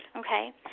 Okay